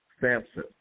Samson